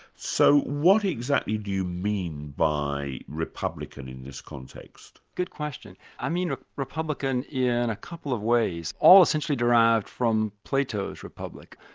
so what exactly do you mean by republican in this context? good question. i mean ah republican in a couple of ways, all essentially derived from plato's republic.